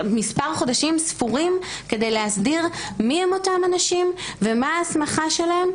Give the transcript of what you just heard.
מספר חודשים ספורים כדי להסדיר מיהם אותם אנשים ומה ההסמכה שלהם.